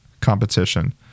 competition